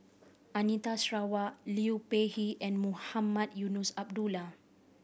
Anita Sarawak Liu Peihe and Mohamed Eunos Abdullah